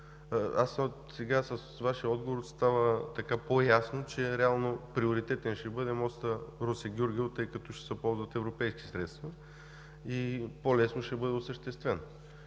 посока. С Вашия отговор сега става по-ясно, че реално приоритетен ще бъде мостът Русе – Гюргево, тъй като ще се ползват европейски средства и по-лесно ще бъде осъществен.